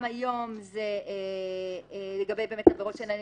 גם היום לגבי עבירות שאינן התיישנות,